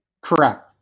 Correct